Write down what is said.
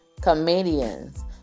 comedians